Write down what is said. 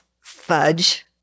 fudge